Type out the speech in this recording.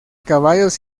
caballos